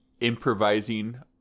improvising